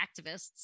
activists